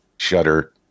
Shutter